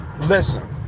listen